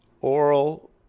oral